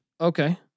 Okay